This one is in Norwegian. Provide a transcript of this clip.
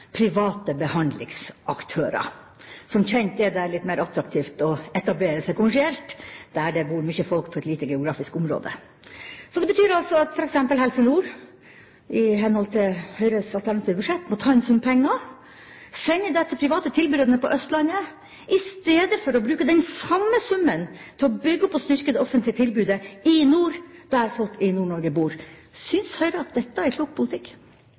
private behandlingsaktører. Som kjent er det litt mer attraktivt å etablere seg kommersielt der det bor mye folk på et lite geografisk område. Det betyr altså at f.eks. Helse Nord i henhold til Høyres alternative budsjett må ta en sum penger og sende dem til private tilbydere på Østlandet i stedet for å bruke den samme summen til å bygge opp og styrke det offentlige tilbudet i nord, der folk i Nord-Norge bor. Syns Høyre at dette er en klok politikk?